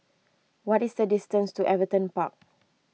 what is the distance to Everton Park